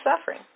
suffering